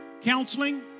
Counseling